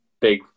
Big